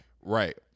right